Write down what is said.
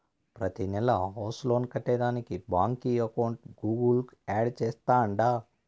ప్రతినెలా house loan కట్టేదానికి బాంకీ అకౌంట్ గూగుల్ కు యాడ్ చేస్తాండా